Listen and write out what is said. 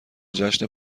جشن